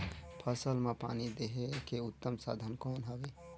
फसल मां पानी देहे के उत्तम साधन कौन हवे?